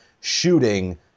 shooting